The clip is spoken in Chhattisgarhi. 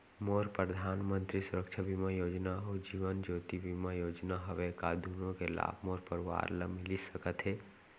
मोर परधानमंतरी सुरक्षा बीमा योजना अऊ जीवन ज्योति बीमा योजना हवे, का दूनो के लाभ मोर परवार ल मिलिस सकत हे?